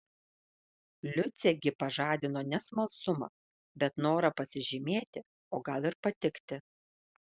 liucė gi pažadino ne smalsumą bet norą pasižymėti o gal ir patikti